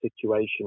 situation